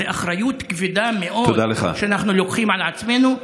זו אחריות כבדה מאוד שאנחנו לוקחים על עצמנו.